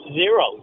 zero